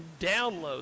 download